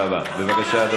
יואל, בבקשה.